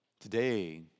Today